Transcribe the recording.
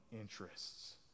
interests